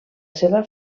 seva